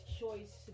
choice